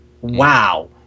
Wow